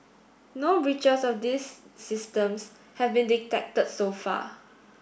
no breaches of these systems have been detected so far